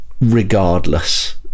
regardless